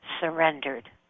surrendered